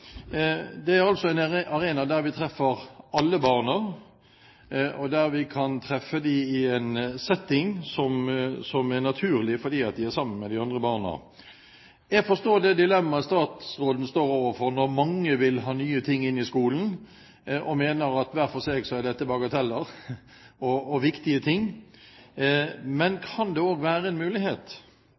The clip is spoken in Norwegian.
er en arena der vi treffer alle barna, der vi kan treffe dem i en setting som er naturlig fordi de er sammen med andre barn. Jeg forstår det dilemmaet statsråden står overfor når mange vil ha nye ting inn i skolen og mener at hver for seg er dette bagateller og viktige ting.